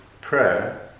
prayer